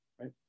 right